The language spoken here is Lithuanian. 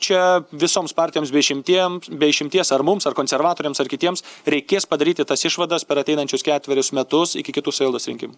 čia visoms partijoms be išimtiems be išimties ar mums ar konservatoriams ar kitiems reikės padaryti tas išvadas per ateinančius ketverius metus iki kitų savivaldos rinkimų